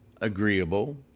agreeable